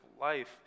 life